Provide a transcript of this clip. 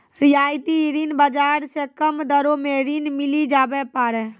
रियायती ऋण बाजार से कम दरो मे ऋण मिली जावै पारै